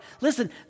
Listen